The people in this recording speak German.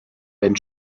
ben